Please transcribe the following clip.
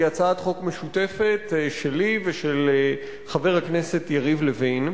היא הצעת חוק משותפת שלי ושל חבר הכנסת יריב לוין.